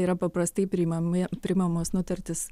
yra paprastai priimami priimamos nutartys